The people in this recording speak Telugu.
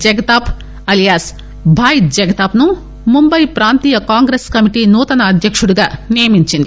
జగతాప్ అలీయాస్ భాయ్ జగతాప్ ను ముంబాయి ప్రాంతీయ కాంగ్రెస్ కమిటీ నూతన అధ్యకుడిగా నియమించింది